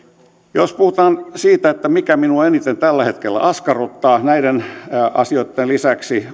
jos puhutaan siitä mikä minua eniten tällä hetkellä askarruttaa näiden asioiden lisäksi